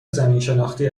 زمینشناختی